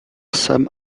sam